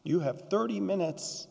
you have thirty minutes